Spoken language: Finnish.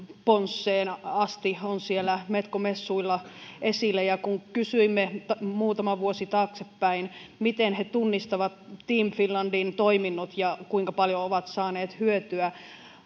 ponsseen asti on siellä metko messuilla esillä on että kun kysyimme muutama vuosi taaksepäin miten he tunnistavat team finlandin toiminnot ja kuinka paljon ovat saaneet hyötyä